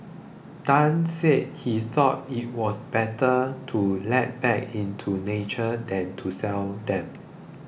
Tan said he thought it was better to let back into nature than to sell them